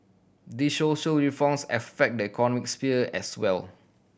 they social reforms affect the economic sphere as well